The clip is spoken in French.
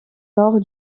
nord